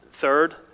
Third